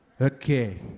Okay